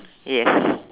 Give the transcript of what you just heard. yes